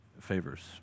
favors